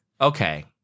Okay